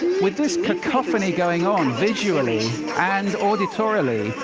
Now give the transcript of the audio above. with this cacophony going on visually and auditorily,